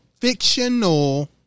fictional